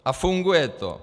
A funguje to.